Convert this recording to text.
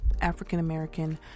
african-american